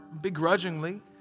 begrudgingly